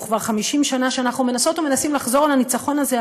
וכבר 50 שנה שאנחנו מנסות ומנסים לחזור על הניצחון הזה,